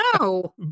No